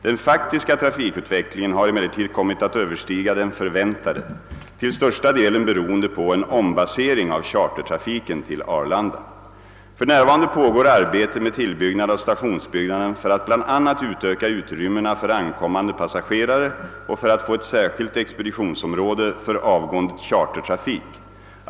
Den faktiska trafikutvecklingen har emellertid kommit att överstiga den förväntade, till största delen beroende på en ombasering av chartertrafiken till Arlanda. För närvarande pågår arbete med tillbyggnad av stationsbyggnaden för att bl.a. utöka utrymmena för ankommande passagerare och för att få ett särskilt expeditionsområde för avgående chartertrafik.